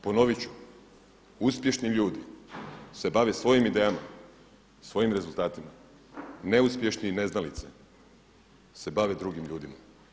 Ponovit ću, uspješni ljudi se bave svojim idejama, svojim rezultatima, neuspješni i neznalice se bave drugim ljudima.